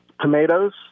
tomatoes